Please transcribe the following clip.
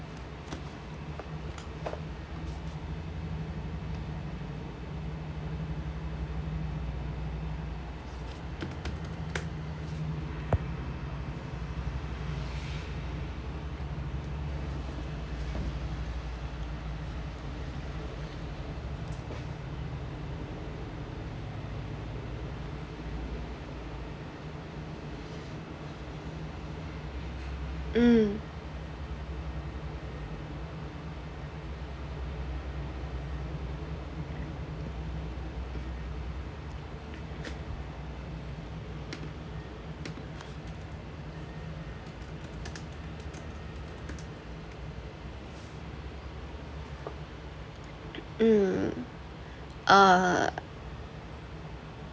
mm mm err